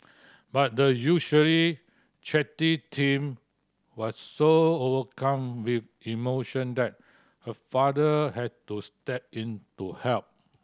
but the usually chatty teen was so overcome with emotion that her father had to step in to help